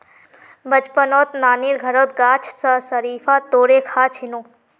बचपनत नानीर घरत गाछ स शरीफा तोड़े खा छिनु